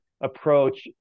approach